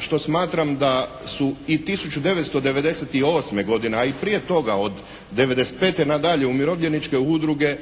što smatram da su i 1998. godine a i prije toga od '95. nadalje, Umirovljeničke udruge